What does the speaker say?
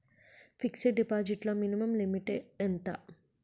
Fixed deposit లో minimum limit ఎంత?